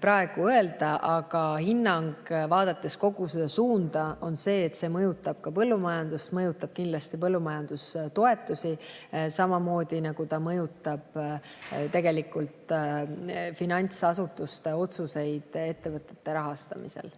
praegu öelda. Aga hinnang, vaadates kogu seda suunda, on see, et see mõjutab ka põllumajandust, mõjutab kindlasti põllumajandustoetusi, samamoodi mõjutab finantsasutuste otsuseid ettevõtete rahastamisel.